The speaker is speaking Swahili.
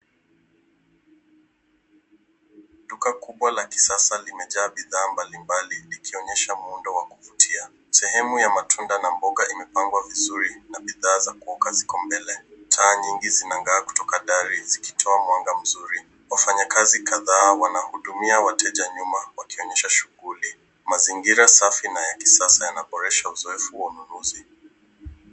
Duka kubwa la kisasa limejaa bidhaa mbalimbali likionyesha muundo wa kuvutia. sehemu ya matunda na mboga imepangwa vizuri na bidhaa za kuoka ziko mbele. Taa nyingi zinang'aa kutoka dari zikitoa mwanga mzuri, wafanyakazi kadhaa wanahudumia wateja nyuma wakionyesha shuguli, mazingira safi na ya kisasa yanaboresha uzoefu wa ununuzi.